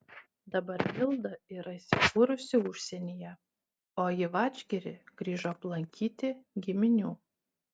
dabar milda yra įsikūrusi užsienyje o į vadžgirį grįžo aplankyti giminių